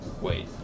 Wait